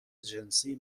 جنسی